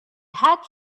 had